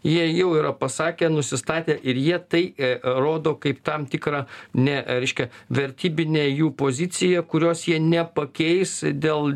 jie jau yra pasakę nusistatę ir jie tai rodo kaip tam tikrą ne reiškia vertybinę jų poziciją kurios jie nepakeis dėl